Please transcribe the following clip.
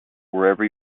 wherever